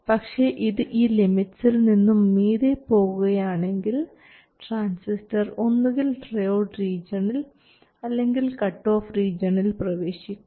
പക്ഷേ ഇത് ഈ ലിമിറ്റ്സിൽ നിന്നും മീതെ പോവുകയാണെങ്കിൽ ട്രാൻസിസ്റ്റർ ഒന്നുകിൽ ട്രയോഡ് റീജിയണിൽ അല്ലെങ്കിൽ കട്ട് ഓഫ് റീജിയണിൽ പ്രവേശിക്കും